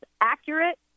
accurate